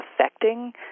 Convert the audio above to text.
affecting